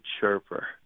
chirper